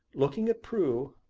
looking at prue,